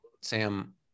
Sam